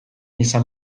izan